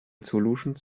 solutions